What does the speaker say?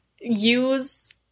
use